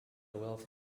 wealthy